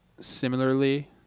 similarly